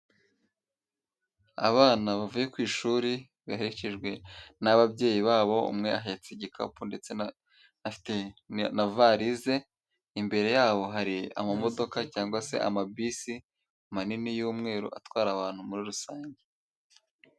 Abana bavuye ku ishuri baherekejwe n'ababyeyi babo umwe ahetse igikapu ndetse na afite navarize imbere yabo hari amamodoka cyangwa se amabisi manini y'umweru atwara abantu muri rusange.